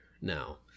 now